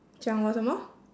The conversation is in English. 讲我什么